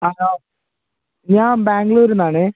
അ ആ ഞാന് ബാംഗ്ലൂരില് നിന്നാണ്